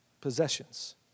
possessions